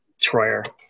Troyer